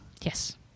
Yes